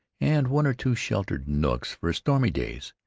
and one or two sheltered nooks for stormy days.